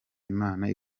imana